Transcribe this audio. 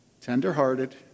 tenderhearted